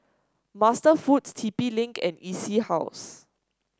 MasterFoods T P Link and E C House